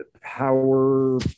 Power